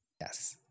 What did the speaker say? Yes